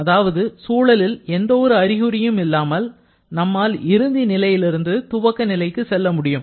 அதாவது சூழலில் எந்த ஒரு அறிகுறியும் இல்லாமல் நம்மால் இறுதி நிலையிலிருந்து துவக்க நிலைக்கு செல்ல முடியும்